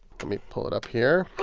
let me pull it up here.